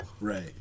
right